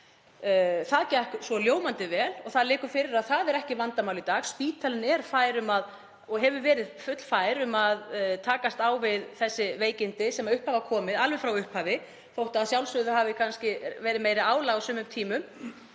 Það gekk svo ljómandi vel og það liggur fyrir að það er ekki vandamál í dag. Spítalinn hefur verið fullfær um að takast á við þau veikindi sem upp hafa komið alveg frá upphafi þótt að sjálfsögðu hafi kannski verið meira álag á sumum tímum.